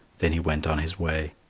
then he went on his way.